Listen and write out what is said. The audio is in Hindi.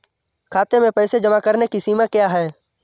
खाते में पैसे जमा करने की सीमा क्या है?